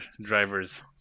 drivers